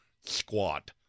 squat